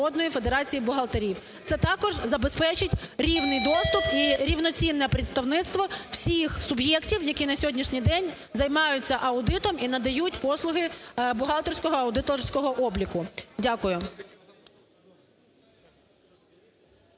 Це також забезпечить рівний доступ і рівноцінно представництво всіх суб'єктів, які на сьогоднішній день займаються аудитом і надають послуги бухгалтерського аудиторського обліку. Дякую.